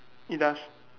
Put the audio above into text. it does